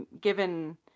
given